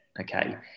okay